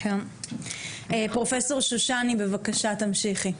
כן, פרופסור שושני, בבקשה, תמשיכי.